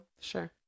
Sure